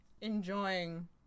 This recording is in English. enjoying